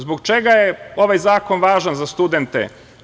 Zbog čega je ovaj zakon važan za studente?